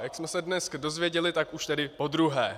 Jak jsme se dnes dozvěděli, tak už tedy podruhé.